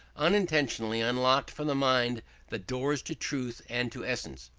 unintentionally unlocked for the mind the doors to truth and to essence,